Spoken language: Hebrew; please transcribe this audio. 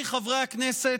עמיתיי חברי הכנסת,